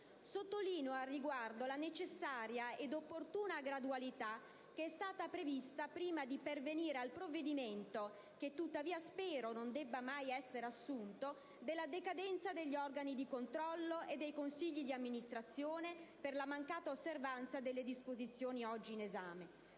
Sottolineo al riguardo la necessaria ed opportuna gradualità che è stata prevista prima di pervenire al provvedimento, che tuttavia spero non debba mai essere assunto, della decadenza degli organi di controllo e dei consigli di amministrazione per la mancata osservanza delle disposizioni oggi in esame.